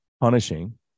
punishing